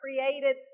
created